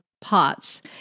pots